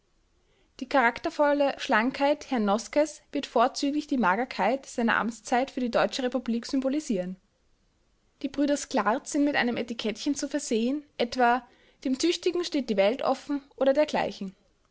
die charaktervolle schlankheit herrn noskes wird vorzüglich die magerkeit seiner amtszeit für die deutsche republik symbolisieren die brüder sklarz sind mit einem etikettchen zu versehen etwa dem tüchtigen steht die welt offen oder dergleichen